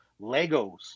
Legos